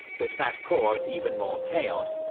but that caused even more chaos,